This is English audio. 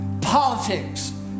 politics